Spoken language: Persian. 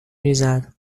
ریزد